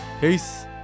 Peace